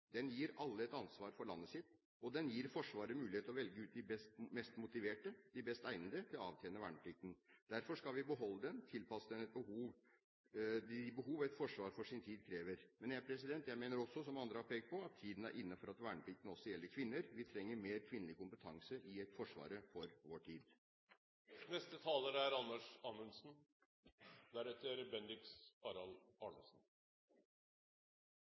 Den gir alle et ansvar for landet sitt, og den gir Forsvaret mulighet til å velge ut de mest motiverte og de best egnede til å avtjene verneplikten. Derfor skal vi beholde den og tilpasse den de behov et forsvar for sin tid krever. Men jeg mener også, som andre har pekt på, at tiden er inne for at verneplikten også gjelder kvinner. Vi trenger mer kvinnelig kompetanse i et forsvar for vår tid. Det kan nok hende at noen vil hevde at dette er